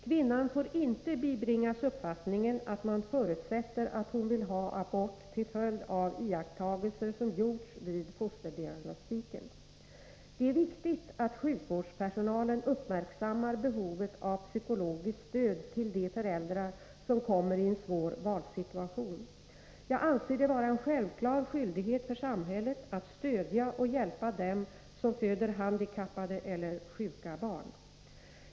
Kvinnan får inte bibringas uppfattningen att man förutsätter att hon vill ha abort till följd av iakttagelser som gjorts vid fosterdiagnostiken. Det är viktigt att sjukvårdspersonalen uppmärksammar behovet av psykologiskt stöd till de föräldrar som kommer i en svår valsituation. Jag anser det vara en självklar skyldighet för samhället att stödja och hjälpa dem som föder handikappade eller sjuka barn.